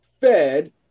Fed